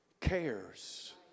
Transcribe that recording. cares